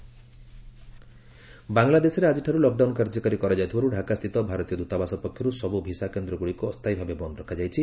Bangladesh India visa ବାଂଲାଦେଶରେ ଆଜିଠାରୁ lockdown କାର୍ଯ୍ୟକାରୀ କରାଯାଉଥିବାରୁ ଢାକା ସ୍ଥିତ ଭାରତୀୟ ଦୂତାବାସ ପକ୍ଷରୁ ସବୁ ଭିସା କେନ୍ଦ୍ରଗୁଡ଼ିକୁ ଅସ୍ଥାୟୀ ଭାବେ ବନ୍ଦ୍ ରଖାଯାଇଛି